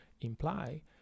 imply